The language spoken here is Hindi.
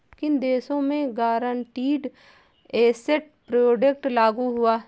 किन देशों में गारंटीड एसेट प्रोटेक्शन लागू हुआ है?